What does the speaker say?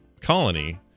colony